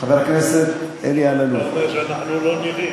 חבר הכנסת אלי אלאלוף, אתה אומר שאנחנו לא נראים.